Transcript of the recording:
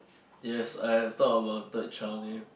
yes I have thought about a third child name